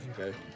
Okay